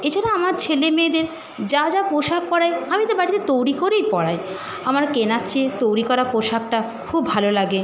এছাড়া আমার ছেলে মেয়েদের যা যা পোশাক পরাই আমি তো বাড়িতে তৈরি করেই পরাই আমার কেনার চেয়ে তৈরি করা পোশাকটা খুব ভালো লাগে